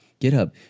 GitHub